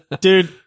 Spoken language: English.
Dude